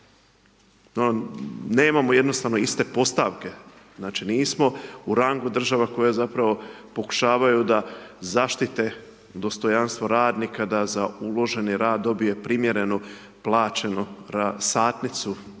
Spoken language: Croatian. Nemamo jednostavno iste postavke, znači nismo u rangu država koja zapravo pokušavaju da zaštite dostojanstvo radnika, da za uloženi rad dobije primjereno plaćeno satnicu